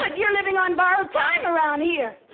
but you're living on borrowed time around here.